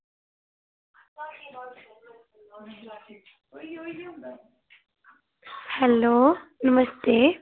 hello नमस्ते